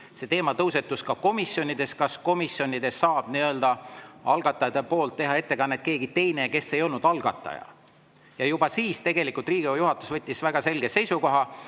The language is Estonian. See teema tõusetus ka komisjonides, kas komisjonis saab algatajate nimel teha ettekannet keegi teine, kes ei olnud algataja. Juba siis tegelikult Riigikogu juhatus võttis väga selge seisukoha,